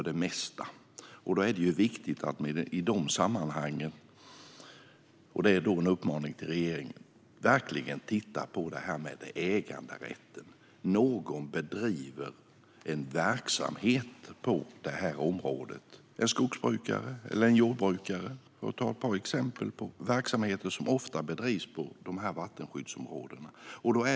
Det är viktigt att i de sammanhangen - och detta är en uppmaning till regeringen - verkligen titta på detta med äganderätten. Någon bedriver en verksamhet i området. Det kan vara en skogsbrukare eller en jordbrukare, för att ta ett par exempel på verksamheter som ofta bedrivs i vattenskyddsområdena.